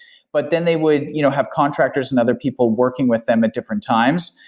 but then they would you know have contractors and other people working with them at different times,